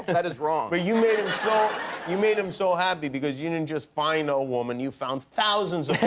that is wrong. but you made you made him so happy because you didn't just find a woman, you found thousands